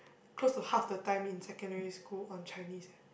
close to half the time in secondary school on Chinese eh